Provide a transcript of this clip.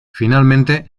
finalmente